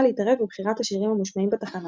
להתערב בבחירת השירים המושמעים בתחנה